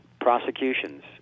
prosecutions